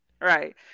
right